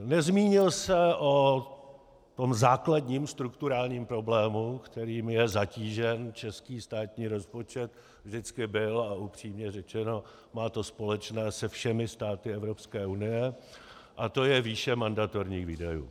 Nezmínil se o tom základním strukturálním problému, kterým je zatížen český státní rozpočet, vždycky byl a upřímně řečeno má to společné se všemi státy Evropské unie, a to je výše mandatorních výdajů.